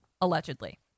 Allegedly